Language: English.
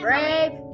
Brave